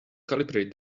calibrate